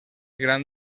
gran